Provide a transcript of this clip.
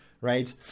right